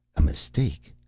a mistake,